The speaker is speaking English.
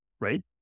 right